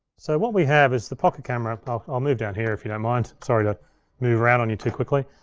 so what we have is the pocket camera. but i'll i'll move down here, if you don't mind. sorry to move around on you too quickly.